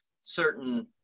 certain